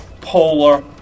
polar